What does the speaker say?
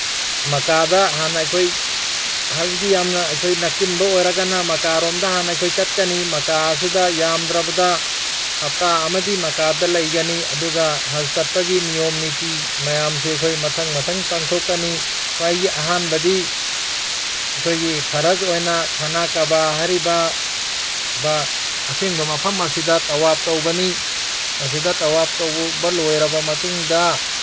ꯃꯀꯥꯗ ꯍꯥꯟꯅ ꯑꯩꯈꯣꯏ ꯍꯁꯀꯤ ꯌꯥꯝꯅ ꯑꯩꯈꯣꯏꯅ ꯆꯤꯟꯕ ꯑꯣꯏꯔꯒꯅ ꯃꯀꯥꯔꯣꯝꯗ ꯍꯥꯟꯅ ꯑꯩꯈꯣꯏ ꯆꯠꯀꯅꯤ ꯃꯀꯥ ꯑꯁꯤꯗ ꯌꯥꯝꯗ꯭ꯔꯕꯗ ꯍꯞꯇꯥ ꯑꯃꯗꯤ ꯃꯀꯥꯗ ꯂꯩꯒꯅꯤ ꯑꯗꯨꯒ ꯍꯁ ꯆꯠꯄꯒꯤ ꯅꯤꯌꯣꯝ ꯅꯤꯇꯤ ꯃꯌꯥꯝꯁꯤ ꯑꯩꯈꯣꯏ ꯃꯊꯪ ꯃꯊꯪ ꯄꯥꯡꯊꯣꯛꯀꯅꯤ ꯈ꯭ꯋꯥꯏꯒꯤ ꯑꯍꯥꯟꯕꯗꯤ ꯑꯩꯈꯣꯏꯒꯤ ꯐꯔꯁ ꯑꯣꯏꯅ ꯈꯥꯅꯥ ꯀꯕꯥ ꯍꯥꯏꯔꯤꯕ ꯑꯁꯦꯡꯕ ꯃꯐꯝ ꯑꯁꯤꯗ ꯇꯋꯥꯞ ꯇꯧꯒꯅꯤ ꯑꯁꯤꯗ ꯇꯋꯥꯞ ꯇꯧꯕ ꯂꯣꯏꯔꯕ ꯃꯇꯨꯡꯗ